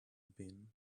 been